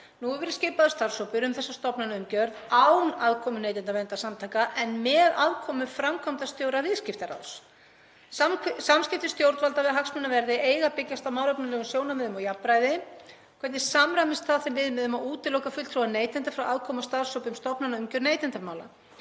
verið skipaður starfshópur um þessa stofnanaumgjörð án aðkomu neytendaverndarsamtaka en með aðkomu framkvæmdastjóra Viðskiptaráðs. Samskipti stjórnvalda við hagsmunaverði eiga að byggjast á málefnalegum sjónarmiðum og jafnræði. Hvernig samræmist það þeim viðmiðum að útiloka fulltrúa neytenda frá aðkomu að starfshópi um stofnanaumgjörð neytendamála?